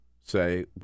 say